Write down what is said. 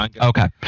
Okay